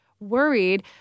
worried